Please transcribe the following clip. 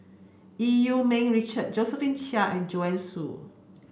Eu Yee Ming Richard Josephine Chia and Joanne Soo